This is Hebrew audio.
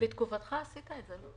בתקופתך כשר עשית את זה.